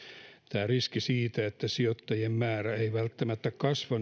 tämä riski siitä että sijoittajien määrä ei välttämättä kasva